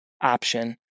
option